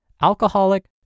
alcoholic